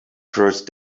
first